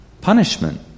Punishment